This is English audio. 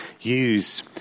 use